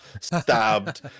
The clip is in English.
stabbed